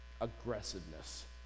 aggressiveness